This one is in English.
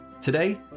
Today